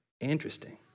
Interesting